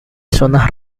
zonas